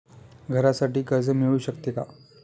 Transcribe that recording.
घरासाठी कर्ज मिळू शकते का?